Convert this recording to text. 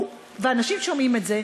ואנשים שומעים את זה,